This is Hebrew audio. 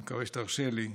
אני מקווה שתרשה לי,